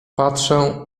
patrzę